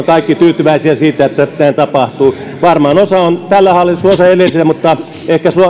kaikki tyytyväisiä siitä että näin tapahtuu varmaan osa on tämän hallituksen ansiota osa edellisen mutta ehkä